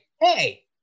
hey